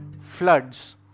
floods